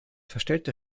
verstellter